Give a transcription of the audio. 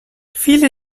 viele